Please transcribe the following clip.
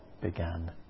began